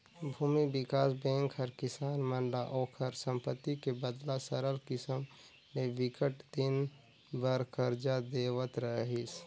भूमि बिकास बेंक ह किसान मन ल ओखर संपत्ति के बदला सरल किसम ले बिकट दिन बर करजा देवत रिहिस